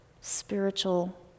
spiritual